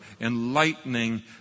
enlightening